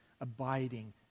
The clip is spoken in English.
abiding